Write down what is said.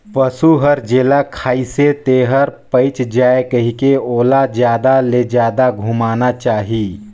पसु हर जेला खाइसे तेहर पयच जाये कहिके ओला जादा ले जादा घुमाना चाही